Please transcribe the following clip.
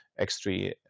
X3